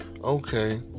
okay